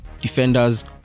defenders